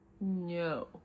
No